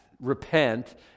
repent